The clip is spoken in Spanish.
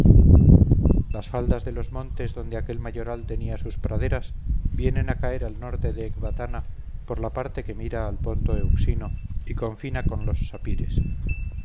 las faldas de los montes donde aquel mayoral tenía sus praderas vienen a caer al norte de ecbatana por la parte que mira al ponto euxino y confina con los sapires